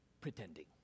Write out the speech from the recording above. pretending